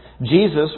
Jesus